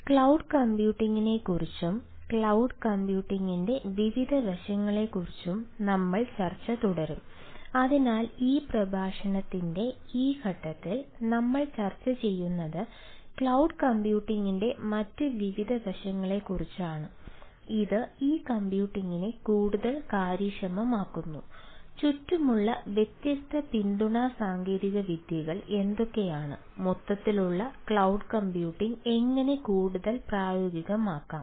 hello cloud കമ്പ്യൂട്ടിംഗി എങ്ങനെ കൂടുതൽ പ്രായോഗികമാക്കാം